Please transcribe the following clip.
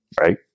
Right